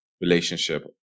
relationship